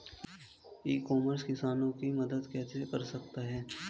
E commerce किसानों की मदद कैसे कर सकता है?